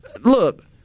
Look